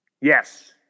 Yes